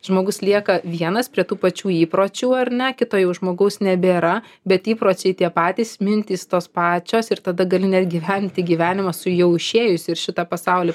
žmogus lieka vienas prie tų pačių įpročių ar ne kito jau žmogaus nebėra bet įpročiai tie patys mintys tos pačios ir tada gali net gyventi gyvenimą su jau išėjusiu ir šitą pasaulį